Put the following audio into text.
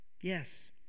Yes